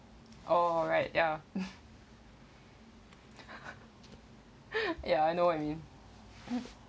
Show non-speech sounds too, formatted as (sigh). alright ya (laughs) ya (laughs) ya I know what I mean